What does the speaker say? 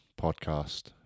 podcast